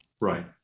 Right